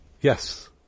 Yes